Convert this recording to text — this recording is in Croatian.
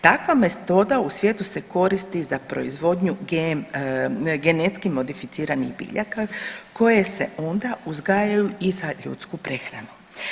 Takva metoda u svijetu se koristi za proizvodnju genetski modificiranih biljaka koje se onda uzgajaju i za ljudsku prehranu.